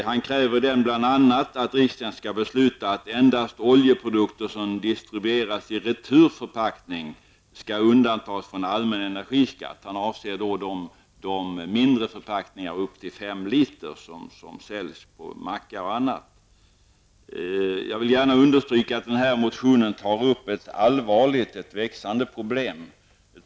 Han kräver där bl.a. att riksdagen skall besluta att endast oljeprodukter som distribueras i returförpackning skall undantas från allmän energiskatt. Han avser de mindre förpackningar upp till 5 liter som säljs på mackar och annat. Jag vill gärna understryka att denna motion tar upp ett allvarligt och växande problem.